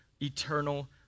eternal